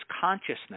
consciousness